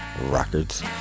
Records